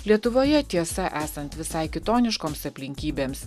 lietuvoje tiesa esant visai kitoniškoms aplinkybėms